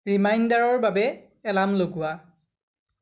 ৰিমাইণ্ডাৰৰ বাবে এলাৰ্ম লগোৱা